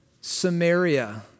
Samaria